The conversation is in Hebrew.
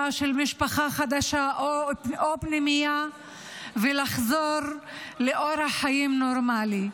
של משפחה חדשה או פנימייה ולחזור לאורח חיים נורמלי.